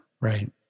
right